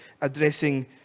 addressing